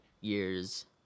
years